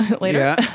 later